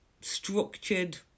structured